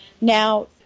Now